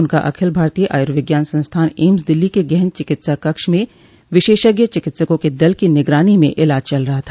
उनका अखिल भारतीय आयुर्विज्ञान संस्थान एम्स दिल्ली के गहन चिकित्सा कक्ष में विशेषज्ञ चिकित्सकों के दल की निगरानी में इलाज चल रहा था